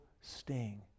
sting